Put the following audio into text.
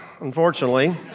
unfortunately